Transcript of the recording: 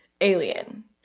alien